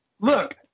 Look